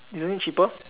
isn't it cheaper